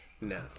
No